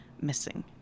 missing